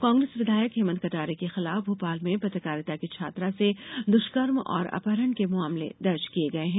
कांग्रेस विधायक हेमंत कटारे के खिलाफ भोपाल में पत्रकारिता की छात्रा से दुष्कर्म और अपहरण के मामले दर्ज किए गए हैं